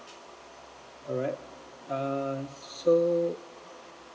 all right uh so